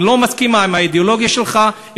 אם היא לא מסכימה לאידיאולוגיה שלך,